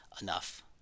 enough